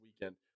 weekend